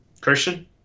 Christian